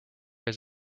his